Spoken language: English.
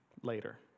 later